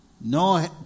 No